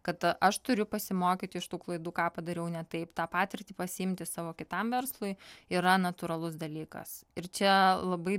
kad aš turiu pasimokyti iš tų klaidų ką padariau ne taip tą patirtį pasiimti savo kitam verslui yra natūralus dalykas ir čia labai